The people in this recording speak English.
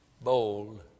bold